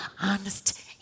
honest